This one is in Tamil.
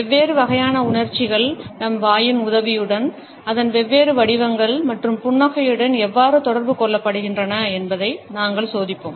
வெவ்வேறு வகையான உணர்ச்சிகள் நம் வாயின் உதவியுடன் அதன் வெவ்வேறு வடிவங்கள் மற்றும் புன்னகையுடன் எவ்வாறு தொடர்பு கொள்ளப்படுகின்றன என்பதை நாங்கள் சோதிப்போம்